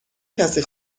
کسی